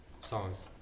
songs